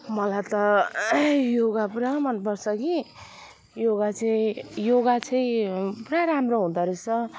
मलाई त योगा पुरा मन पर्छ कि योगा चाहिँ योगा चाहिँ पुरा राम्रो हुँदो रहेछ